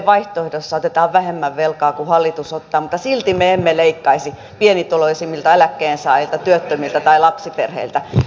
sdpn vaihtoehdossa otetaan vähemmän velkaa kuin hallitus ottaa mutta silti me emme leikkaisi pienituloisimmilta eläkkeensaajilta työttömiltä tai lapsiperheiltä